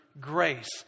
grace